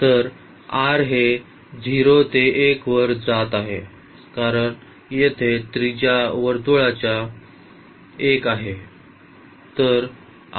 r हे 0 ते 1 वर जात आहे कारण येथे त्रिज्या वर्तुळाचा 1 आहे